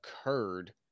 occurred